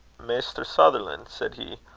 maister sutherlan', said he,